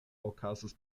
okazas